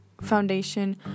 foundation